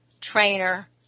trainer